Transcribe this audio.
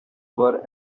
were